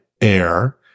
air